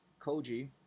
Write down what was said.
Koji